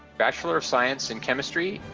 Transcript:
bachelor of science in biochemistry.